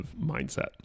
mindset